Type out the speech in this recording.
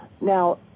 Now